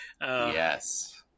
Yes